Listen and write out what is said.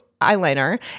Eyeliner